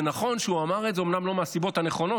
זה נכון שהוא אמר את זה אומנם לא מהסיבות הנכונות,